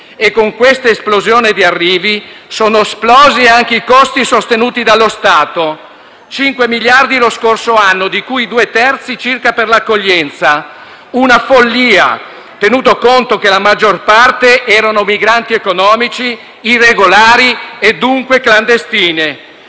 Con questa esplosione di arrivi sono esplosi anche i costi sostenuti dallo Stato: 5 miliardi lo scorso anno, di cui due terzi circa per l'accoglienza. Una follia, tenuto conto che la maggior parte erano migranti economici irregolari e dunque clandestini: